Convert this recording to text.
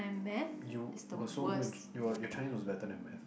you also go into your your Chinese was better than math